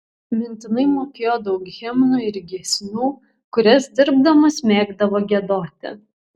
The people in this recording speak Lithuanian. mintinai mokėjo daug himnų ir giesmių kurias dirbdamas mėgdavo giedoti